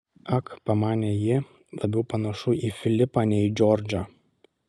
ak pamanė ji labiau panašu į filipą nei į džordžą